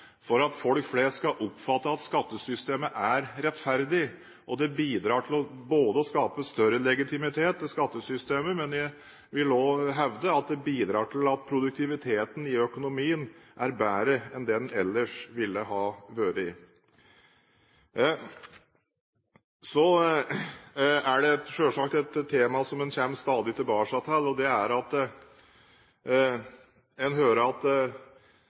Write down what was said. for at folk flest skal oppfatte at skattesystemet er rettferdig. Det bidrar til å skape større legitimitet i skattesystemet, men jeg vil også hevde at det bidrar til at produktiviteten i økonomien er bedre enn det den ellers ville ha vært. Et tema som man – selvsagt – stadig kommer tilbake til, er at norske bedrifter utarmes av skatte- og avgiftssystemet. Så langt jeg har kunnet observere, er